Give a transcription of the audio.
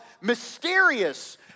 mysterious